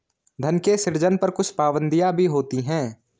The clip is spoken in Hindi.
धन के सृजन पर कुछ पाबंदियाँ भी होती हैं